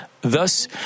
Thus